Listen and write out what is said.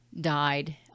died